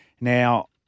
Now